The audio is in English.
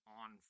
on